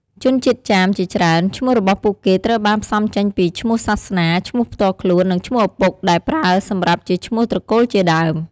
ជនជាតិចាមជាច្រើនឈ្មោះរបស់ពួកគេត្រូវបានផ្សំចេញពី ឈ្មោះសាសនា ឈ្មោះផ្ទាល់ខ្លួន និងឈ្មោះឪពុកដែលប្រើសម្រាប់ជាឈ្មោះត្រកូលជាដើម។